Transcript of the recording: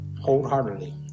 wholeheartedly